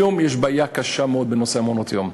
היום יש בעיה קשה מאוד בנושא מעונות-היום,